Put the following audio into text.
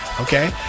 Okay